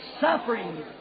Suffering